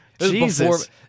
Jesus